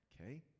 okay